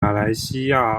马来西亚